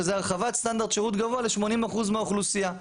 שזה הרחבת סטנדרט שירות גבוה ל-80% מהאוכלוסייה.